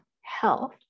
health